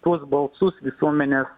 tuos balsus visuomenės